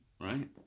right